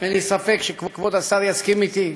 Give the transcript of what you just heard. אין לי ספק שכבוד השר יסכים אתי,